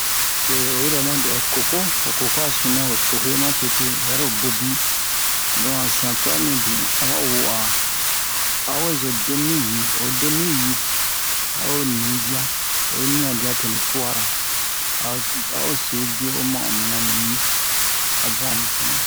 oyi ro oma dɛ ho koko ho koko a sunu nɛ ho cohe ma tete hɛro bobi don han sian twa mibin a ba wu'a awe zo deni ni yi oyi doni ni yi a'o ni dia oyi nia dia toni fu'ara a a'o se bio o ma'o mina ni yi a bun a mu cunu